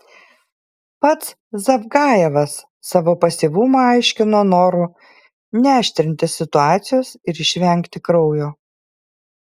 pats zavgajevas savo pasyvumą aiškino noru neaštrinti situacijos ir išvengti kraujo